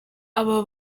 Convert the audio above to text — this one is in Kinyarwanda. aba